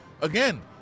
Again